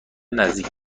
نزدیک